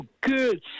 good